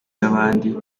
n’abandi